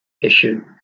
issue